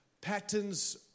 patterns